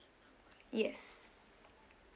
yes